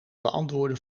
beantwoorden